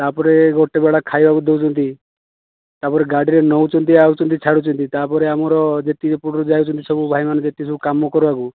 ତାପରେ ଗୋଟେ ବେଳା ଖାଇବାକୁ ଦେଉଛନ୍ତି ତାପରେ ଗାଡ଼ିରେ ନେଉଛନ୍ତି ଆଣୁଛନ୍ତି ଛାଡ଼ୁଛନ୍ତି ତାପରେ ଆମର ଯେତିକି ଏପଟରୁ ଯାଉଛନ୍ତି ସବୁ ଭାଇମାନେ ଯେତିକି ସବୁ କାମ କରିବାକୁ